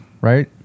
right